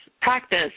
practice